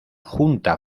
junta